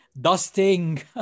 Dusting